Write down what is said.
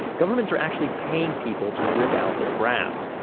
governments are actually paying people to rip out their grass.